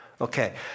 Okay